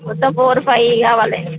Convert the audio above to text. మొత్తం four five కావాలి